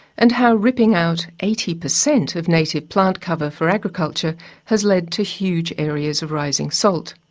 and how ripping out eighty percent of native plant cover for agriculture has led to huge areas of rising salt.